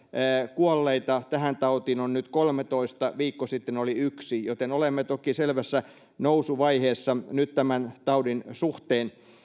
kuolleita tähän tautiin on nyt kolmetoista viikko sitten oli yksi joten olemme toki selvässä nousuvaiheessa nyt tämän taudin suhteen